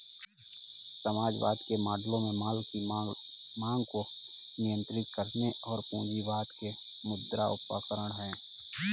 समाजवाद के मॉडलों में माल की मांग को नियंत्रित करने और पूंजीवाद के मुद्रा उपकरण है